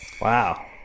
Wow